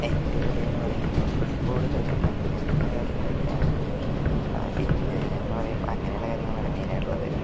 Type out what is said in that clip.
എൻ്റെ ഇവിടെ എന്ന് പറയുമ്പം ഫുട്ബോൾ ക്രിക്കറ്റ് അങ്ങനെയുള്ള കാര്യങ്ങളൊക്കെയാണ് പിന്നേന്ന് പറയുമ്പം അങ്ങനെയുള്ള കാര്യങ്ങളാണ് മെയിൻ ആയിട്ടുള്ളത്